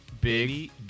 big